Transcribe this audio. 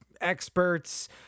experts